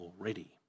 already